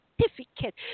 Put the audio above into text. certificate